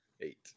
Eight